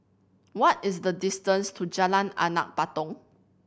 what is the distance to Jalan Anak Patong